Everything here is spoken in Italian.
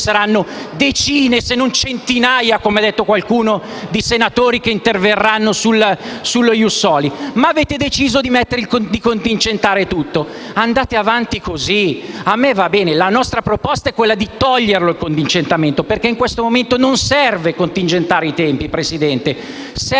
saranno decine se non centinaia, come ha detto qualcuno, di senatori che interverranno sullo *ius soli*? Avete deciso di contingentare tutto. Andate avanti così, a me va bene. Noi proponiamo di eliminare il contingentamento perché in questo momento non serve contingentare i tempi, serve